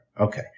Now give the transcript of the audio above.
Okay